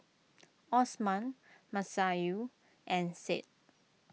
Osman Masayu and Said